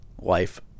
life